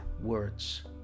words